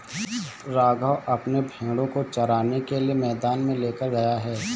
राघव अपने भेड़ों को चराने के लिए मैदान में लेकर गया है